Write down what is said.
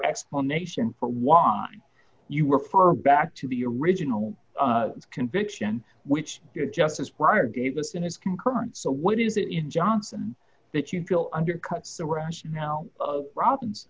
explanation for why you refer back to the original conviction which is just as prior davis in his concurrence so what is it in johnson that you feel undercuts the rationale of problems